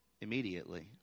immediately